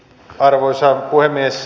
arvoisa puhemies